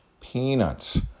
peanuts